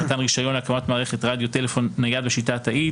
מתן רישיון להקמת מערכת רדיו טלפון נייד בשיטה התאית,